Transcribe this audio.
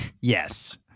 Yes